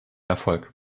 erfolg